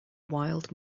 wild